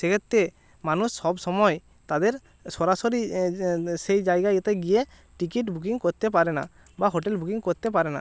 সেক্ষেত্রে মানুষ সব সময় তাদের সরাসরি সেই জায়গায় এতে গিয়ে টিকিট বুকিং করতে পারে না বা হোটেল বুকিং করতে পারে না